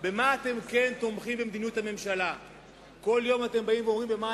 במה במדיניות הממשלה אתם כן תומכים?